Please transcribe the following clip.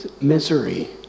misery